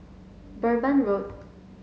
Durban Road